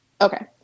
Okay